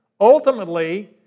Ultimately